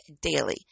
daily